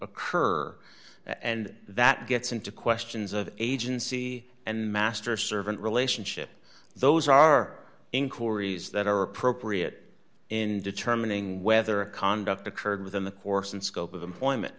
occur and that gets into questions of agency and master servant relationship those are inquiries that are appropriate in determining whether a conduct occurred within the course and scope of employment